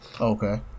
Okay